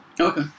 Okay